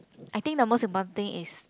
I think the most important thing is